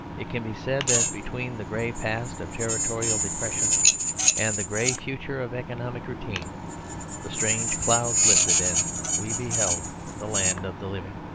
it can be said that between the grey past of territorial depression and the grey future of economic routine the strange clouds lifted, and we beheld the land of the living.